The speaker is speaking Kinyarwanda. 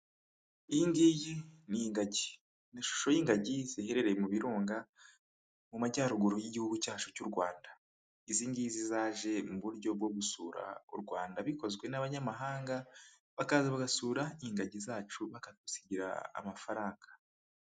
Iyi ngiyi ni ingagi, ni ishusho y'ingagi ziherereye mu birunga mu majyaruguru y'igihugu cyacu cy'u Rwanda, izi ngizi zaje mu buryo bwo gusura u Rwanda bikozwe n'abanyamahanga, bakaza bagasura ingagi zacu bakadusigira amafaranga.